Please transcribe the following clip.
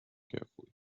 carefully